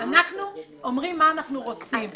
אנחנו אומרים מה אנחנו רוצים.